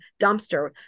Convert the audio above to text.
dumpster